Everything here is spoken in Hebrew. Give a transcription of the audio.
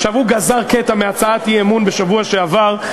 הוא גזר קטע מהצעת האי-אמון בשבוע שעבר,